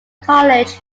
college